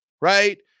right